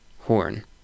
horn